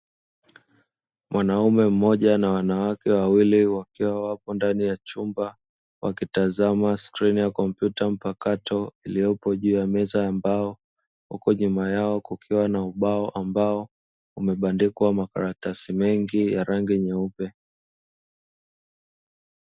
Mwanaume mmoja na wanawake wawili wakiwa wapo ndani ya chumba, wakitazama skrini ya kompyuta mpakato iliyopo juu ya meza mbao, huku nyuma yao kukiwa na ubao ambao umebandikwa makaratasi mengi ya rangi nyeupe.